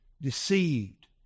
deceived